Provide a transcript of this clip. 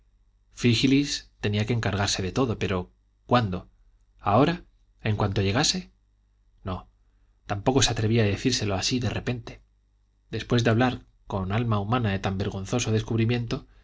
frígilis tenía que encargarse de todo pero cuándo ahora en cuanto llegase no tampoco se atrevía a decírselo así de repente después de hablar con alma humana de tan vergonzoso descubrimiento